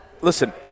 listen